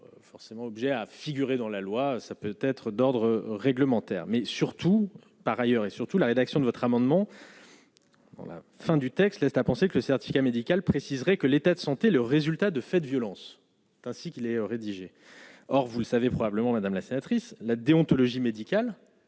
forcément obligé à figurer dans la loi, ça peut être d'ordre réglementaire, mais surtout par ailleurs et surtout la rédaction de votre amendement la fin du texte laisse à penser que le certificat médical préciserait que l'état de santé, le résultat de cette violence ainsi qu'il est rédigé, or vous le savez probablement, madame la sénatrice la déontologie médicale